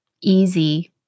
easy